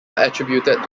attributed